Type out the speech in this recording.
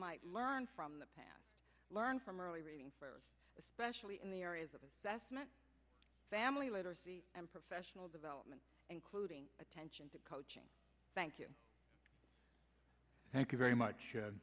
might learn from the past learn from early reading especially in the areas of assessment family letters and professional development including attention to coaching thank you thank you very much